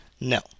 No